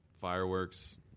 fireworks